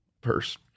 purse